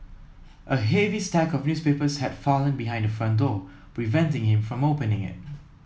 a heavy stack of newspapers had fallen behind the front door preventing him from opening it